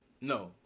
No